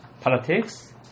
politics